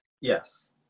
Yes